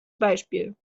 beispiel